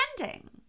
ending